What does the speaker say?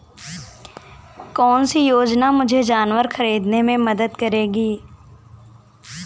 कौन सी योजना मुझे जानवर ख़रीदने में मदद करेगी?